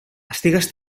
estigues